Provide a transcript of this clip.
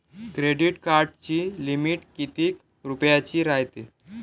Credit कार्डाची limit कितीक रुपयाची रायते?